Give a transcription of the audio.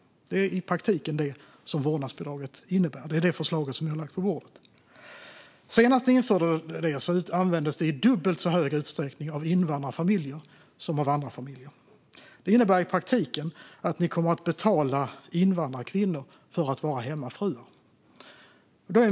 Det är i praktiken det vårdnadsbidraget innebär enligt det förslag som ni har lagt på bordet. Senast ni införde det användes det i dubbelt så hög utsträckning av invandrarfamiljer som av andra familjer. Det innebär i praktiken att ni kommer att betala invandrarkvinnor för att vara hemmafruar.